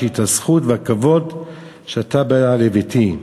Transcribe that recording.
יש לי הזכות והכבוד שאתה בא לביתי.